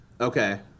Okay